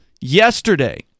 yesterday